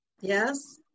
Yes